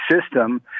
system